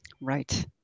Right